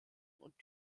und